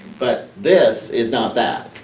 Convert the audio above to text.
but this is not that,